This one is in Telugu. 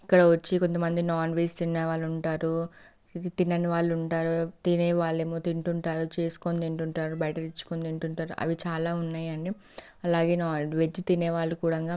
ఇక్కడ వచ్చి కొంతమంది నాన్వెజ్ తినే వాళ్ళు ఉంటారు తినని వాళ్ళు ఉంటారు తినే వాళ్ళు ఏమో తింటుంటారు చేసుకొని తింటుంటారు బయట తెచ్చుకుని తింటుంటారు అవి చాలా ఉన్నాయండి అలాగే వెజ్ తినే వాళ్ళు కూడా